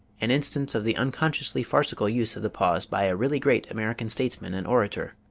an instance of the unconsciously farcical use of the pause by a really great american statesman and orator.